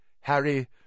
Harry